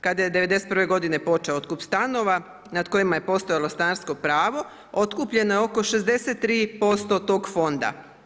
Kada je '91. godine počeo otkup stanova nad kojima je postojalo stanarsko pravo otkupljeno je oko 63% tog fonda.